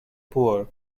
poor